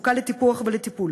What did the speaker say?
זקוקה לטיפוח ולטיפול,